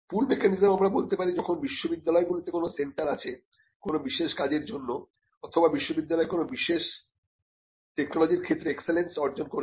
পুল mechanism আমরা বলতে পারি যখন বিশ্ববিদ্যালয়গুলিতে কোন সেন্টার আছে কোন বিশেষ কাজের জন্য অথবা বিশ্ববিদ্যালয় কোন বিশেষ টেকনোলজির ক্ষেত্রে এক্সেলেন্স অর্জন করেছে